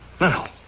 Now